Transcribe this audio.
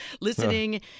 listening